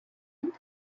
end